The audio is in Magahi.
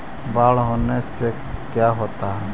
बाढ़ होने से का क्या होता है?